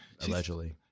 allegedly